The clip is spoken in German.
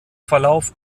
verlauf